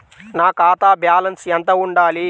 నా ఖాతా బ్యాలెన్స్ ఎంత ఉండాలి?